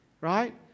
right